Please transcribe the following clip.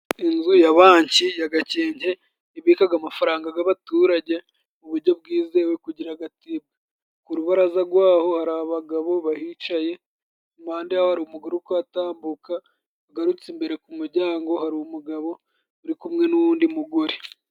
Inzu ya Banki ya Gakenke ibika amafaranga y'abaturage mu buryo bwizewe kugira ngo atibwa, ku rubaraza rwaho hari abagabo bahicaye, iruhande rwaho hari umugore uri kuhatambuka, ugarutse imbere ku muryango, hari umugabo uri kumwe n'undi mugore.